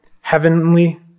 heavenly